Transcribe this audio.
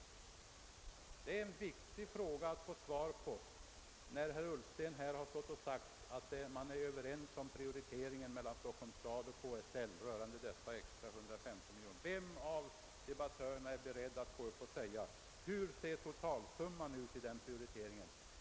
Det är en viktig fråga att få svar på, eftersom herr Ullsten har sagt att man mellan Stockholms stad och KSL är överens om prioriteringen rörande dessa extra 115 miljoner kronor. Vem av debattörerna är beredd att gå upp och säga hur totalsumman ser ut?